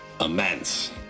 immense